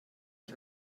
ich